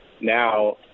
now